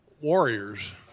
Warriors